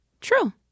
True